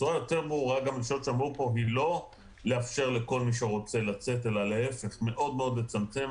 לא לאפשר לכל מי שרוצה לצאת אלא להפך מאוד-מאוד לצמצם.